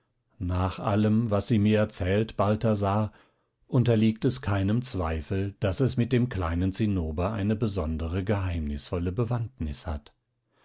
nach allem was sie mir erzählt balthasar unterliegt es keinem zweifel daß es mit dem kleinen zinnober eine besondere geheimnisvolle bewandtnis hat